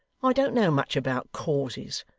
i don't know much about causes.